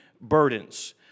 burdens